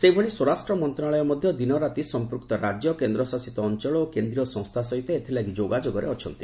ସେହିଭଳି ସ୍ୱରାଷ୍ଟ୍ର ମନ୍ତ୍ରଣାଳୟ ମଧ୍ୟ ଦିନରାତି ସମ୍ପୁକ୍ତ ରାଜ୍ୟ କେନ୍ଦ୍ରଶାସିତ ଅଞ୍ଚଳ ଓ କେନ୍ଦ୍ରୀୟ ସଂସ୍ଥା ସହିତ ଏଥିଲାଗି ଯୋଗାଯୋଗରେ ଅଛନ୍ତି